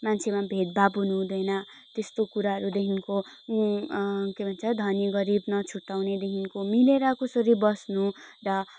मान्छेमा भेदभाव हुनुहुँदैन त्यस्तो कुराहरूदेखिको के भन्छ धनी गरीब नछुट्याउनेदेखिको मिलेर कसरी बस्नु र